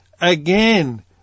Again